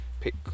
pick